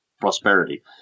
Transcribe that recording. prosperity